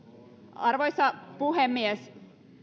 arvoisa puhemies